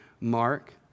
mark